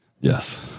yes